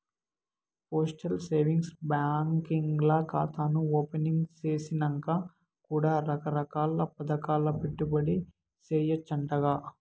postal savings బాంకీల్ల కాతాను opening సేసినంక కూడా రకరకాల్ల పదకాల్ల పెట్టుబడి సేయచ్చంటగా